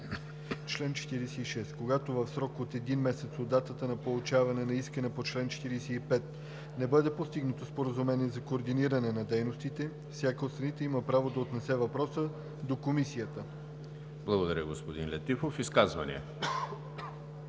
„Чл. 46. Когато в срок от един месец от датата на получаване на искане по чл. 45 не бъде постигнато споразумение за координиране на дейностите, всяка от страните има право да отнесе въпроса до Комисията“. ПРЕДСЕДАТЕЛ ЕМИЛ ХРИСТОВ: Благодаря, господин Летифов. Изказвания?